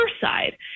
side